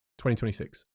2026